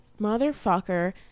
motherfucker